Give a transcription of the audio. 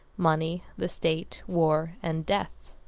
money, the state, war, and death.